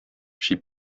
she